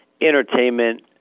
entertainment